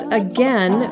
again